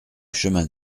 chemin